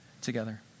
together